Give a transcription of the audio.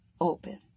open